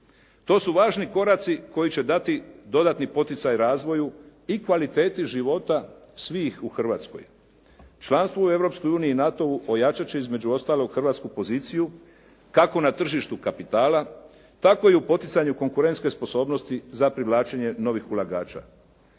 To su važni koraci koji će dati dodatni poticaj razvoju i kvaliteti života svih u Hrvatskoj. Članstvo u Europskoj uniji i NATO-u ojačat će između ostalog hrvatsku poziciju kako na tržištu kapitala tako i u poticanju konkurentske sposobnosti za privlačenje novih ulagača.